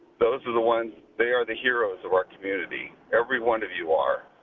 those are the ones, they are the heroes of our community. every one of you are.